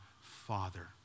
father